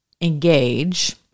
engage